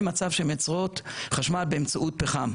למצב שהן מייצרות חשמל באמצעות גז.